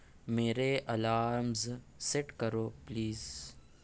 میرے alarms set کرو please